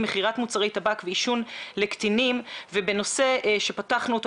מכירת מוצרי טבק ועישון לקטינים ובנושא שפתחנו אותו,